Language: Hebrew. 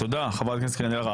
תודה, חברת הכנסת קארין אלהרר.